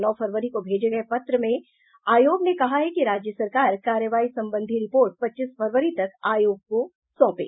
नौ फरवरी को भेजे गये पत्र में आयोग ने कहा है कि राज्य सरकार कार्रवाई संबंधी रिपोर्ट पच्चीस फरवरी तक आयोग को रिपोर्ट सौंपे